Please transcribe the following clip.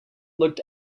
looked